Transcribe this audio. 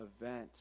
event